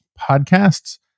podcasts